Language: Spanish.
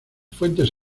fuentes